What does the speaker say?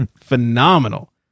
phenomenal